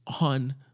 on